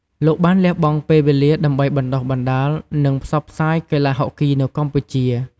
លោកបានលះបង់ពេលវេលាដើម្បីបណ្ដុះបណ្ដាល និងផ្សព្វផ្សាយកីឡាហុកគីនៅកម្ពុជា។